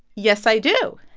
yes, i do.